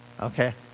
Okay